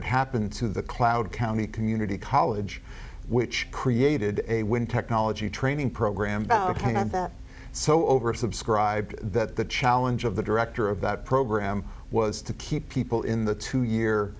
had happened to the cloud county community college which created a wind technology training program and i bet so oversubscribed that the challenge of the director of that program was to keep people in the two year